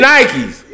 Nikes